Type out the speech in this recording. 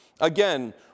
Again